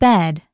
Bed